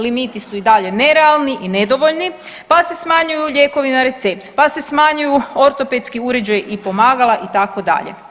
Limiti su i dalje nerealni i nedovoljni, pa se smanjuju lijekovi na recept, pa se smanjuju ortopedski uređaji i pomagala itd.